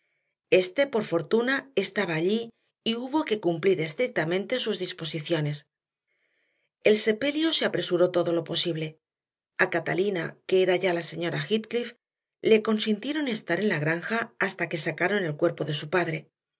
éste por fortuna estaba allí y hubo que cumplir estrictamente sus disposiciones el sepelio se apresuró todo lo posible a catalina que era ya la señora heathcliff le consintieron estar en la granja hasta que sacaron el cuerpo de su padre